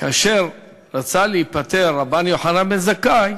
כאשר רצה להיפטר רבן יוחנן בן זכאי,